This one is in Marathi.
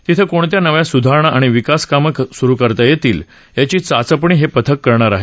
तिथं कोणत्या नव्या सुधारणा आणि विकास कामं सुरु करता येतील याची चाचपणी हे पथक करणार आहे